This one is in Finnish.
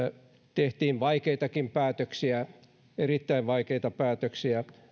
tehtiin vaikeitakin päätöksiä erittäin vaikeita päätöksiä